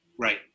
Right